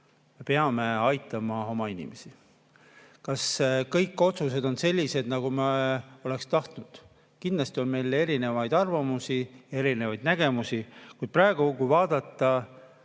peame aitama oma inimesi. Kas kõik otsused on olnud sellised, nagu me oleks tahtnud? Kindlasti on meil erinevaid arvamusi, erinevaid nägemusi, kuid praegu on meie jaoks